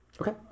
Okay